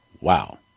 Wow